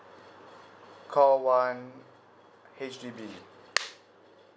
call one H_D_B